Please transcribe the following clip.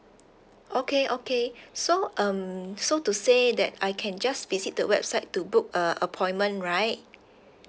okay okay so um so to say that I can just visit the website to book a appointment right